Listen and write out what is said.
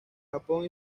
japón